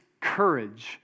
courage